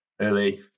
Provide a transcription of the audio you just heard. early